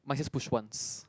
mine says push once